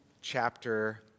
chapter